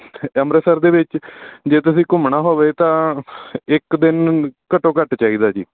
ਅੰਮ੍ਰਿਤਸਰ ਦੇ ਵਿੱਚ ਜੇ ਤੁਸੀਂ ਘੁੰਮਣਾ ਹੋਵੇ ਤਾਂ ਇੱਕ ਦਿਨ ਘੱਟੋ ਘੱਟ ਚਾਹੀਦਾ ਜੀ